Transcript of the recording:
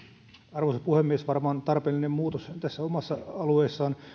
arvoisa puhemies varmaan tarpeellinen muutos tässä omassa alueessaan